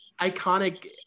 iconic